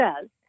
says